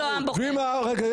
רגע,